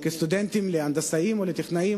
כסטודנטים להיות הנדסאים או טכנאים,